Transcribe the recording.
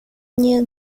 near